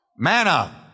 Manna